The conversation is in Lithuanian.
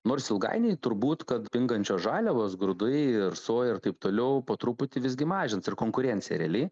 nors ilgainiui turbūt kad pingančios žaliavos grūdai ir sojai ir taip toliau po truputį visgi mažins ir konkurencija realiai